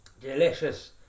delicious